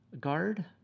guard